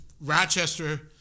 Rochester